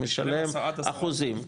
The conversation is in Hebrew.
משלם אחוזים,